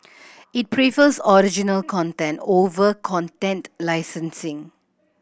it prefers original content over content licensing